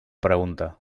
pregunta